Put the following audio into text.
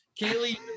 Kaylee